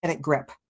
grip